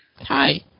Hi